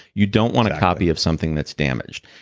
you don't want a copy of something that's damaged.